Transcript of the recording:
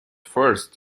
first